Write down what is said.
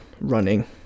running